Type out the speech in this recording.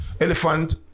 Elephant